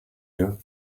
you